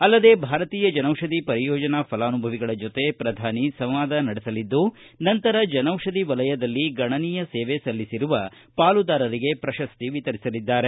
ಅಲ್ಲದೆ ಭಾರತೀಯ ಜನೌಷಧಿ ಪರಿಯೋಜನಾ ಫಲಾನುಭವಿಗಳ ಜೊತೆ ಪ್ರಧಾನಿ ಸಂವಾದ ನಡೆಸಲಿದ್ದು ನಂತರ ಜನೌಷಧಿ ವಲಯದಲ್ಲಿ ಗಣನೀಯ ಸೇವೆ ಸಲ್ಲಿಸಿರುವ ಪಾಲುದಾರರಿಗೆ ಪ್ರಶಸ್ತಿ ವಿತರಿಸಲಿದ್ದಾರೆ